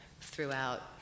throughout